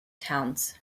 towns